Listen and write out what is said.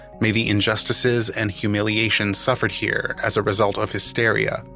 may the injustices and humiliation suffered here as a result of hysteria,